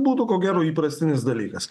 būtų ko gero įprastinis dalykas